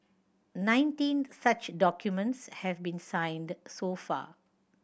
nineteen such documents have been signed so far